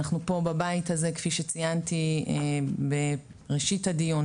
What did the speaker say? אנחנו פה בבית הזה כפי שציינתי בראשית הדיון,